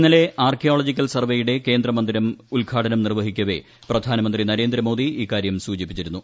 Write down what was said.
ഇന്നലെ ആർക്കിയോളജിക്കൽ സർവേയുടെ കേന്ദ്രമന്ദിരം ഉദ്ഘാടനം നിർവഹിക്കവേ പ്രധാനമന്ത്രി നരേന്ദ്രമോദി ഇക്കാര്യം സൂചിപ്പിച്ചിരുന്നു